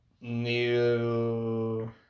New